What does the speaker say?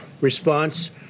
response